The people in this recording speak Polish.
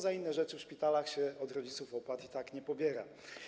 Za inne rzeczy w szpitalach od rodziców opłat się i tak nie pobiera.